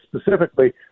specifically –